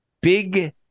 Big